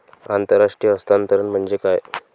आंतरराष्ट्रीय हस्तांतरण म्हणजे काय?